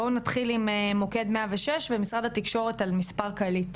בואו נתחיל עם מוקד 106 ומשרד התקשורת על מספר קליט.